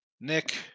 Nick